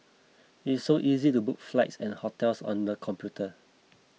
it is so easy to book flights and hotels on the computer